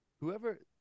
whoever